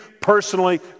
personally